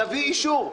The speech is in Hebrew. תביא אישור.